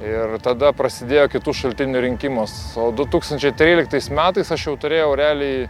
ir tada prasidėjo kitų šaltinių rinkimas o du tūkstančiai tryliktais metais aš jau turėjau realiai